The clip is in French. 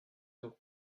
donc